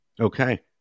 Okay